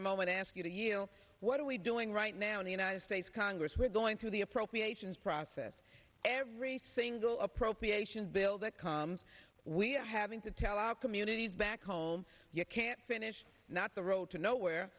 a moment ask you to you know what are we doing right now in the united states congress we're going through the appropriations process every single of the ation bill that comes we are having to tell our communities back home you can't finish not the road to nowhere